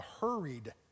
hurried